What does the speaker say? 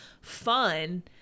fun